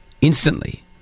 instantly